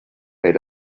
era